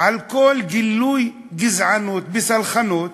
על כל גילוי גזענות בסלחנות,